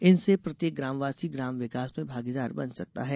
इनसे प्रत्येक ग्रामवासी ग्राम विकास में भागीदार बन सकता है